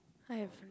I have